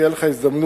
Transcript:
תהיה לך הזדמנות,